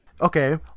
Okay